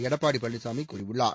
எடப்பாடி பழனிசாமி கூறியுள்ளார்